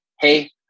hey